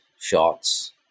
shots